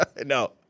no